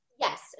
Yes